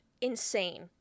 insane